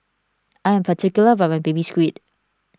I am particular about my Baby Squid